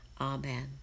Amen